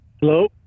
Hello